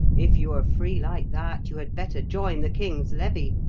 if you are free like that, you had better join the king's levy,